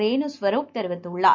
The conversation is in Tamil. ரேணு ஸ்வருப் தெரிவித்துள்ளார்